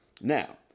Now